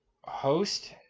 host